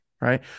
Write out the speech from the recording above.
right